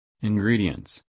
Ingredients